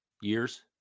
years